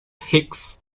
hicks